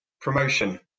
promotion